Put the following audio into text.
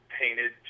painted